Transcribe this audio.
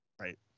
Right